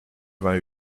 vingt